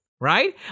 right